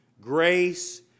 grace